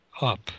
up